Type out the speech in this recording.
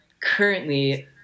currently